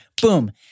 boom